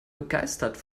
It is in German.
begeistert